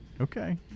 Okay